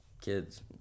kids